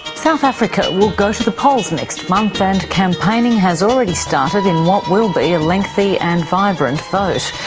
south africa will go to the polls next month, and campaigning has already started in what will be a lengthy and vibrant vote.